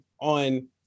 on